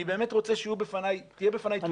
אני באמת רוצה שתהיה בפניי תמונה מלאה.